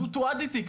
והוא תועד מזיק.